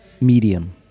Medium